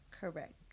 Correct